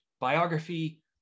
biography